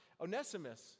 Onesimus